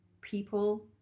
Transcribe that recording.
People